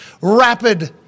rapid